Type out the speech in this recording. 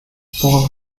paul